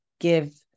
give